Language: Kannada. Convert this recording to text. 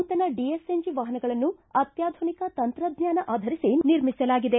ನೂತನ ಡಿಎಸ್ಎನ್ಜಿ ವಾಹನಗಳನ್ನು ಅತ್ಯಾಧುನಿಕ ತಂತ್ರಜ್ಞಾನ ಆಧರಿಸಿ ನಿರ್ಮಿಸಲಾಗಿದೆ